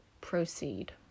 proceed